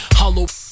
hollow